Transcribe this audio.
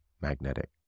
magnetic